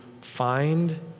find